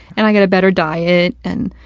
and i got a better diet, and,